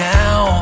now